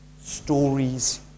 Stories